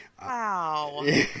Wow